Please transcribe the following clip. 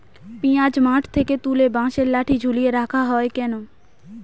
পিঁয়াজ মাঠ থেকে তুলে বাঁশের লাঠি ঝুলিয়ে রাখা হয় কেন?